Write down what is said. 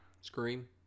Scream